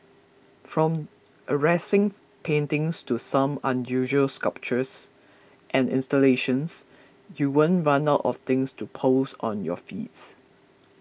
from arresting paintings to some unusual sculptures and installations you won't run out of things to post on your feeds